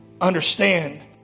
understand